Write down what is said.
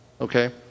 Okay